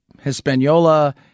Hispaniola